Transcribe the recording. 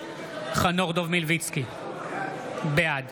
חנוך דב מלביצקי, בעד